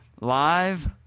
live